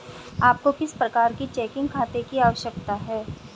आपको किस प्रकार के चेकिंग खाते की आवश्यकता है?